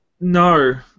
No